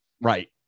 Right